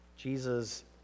Jesus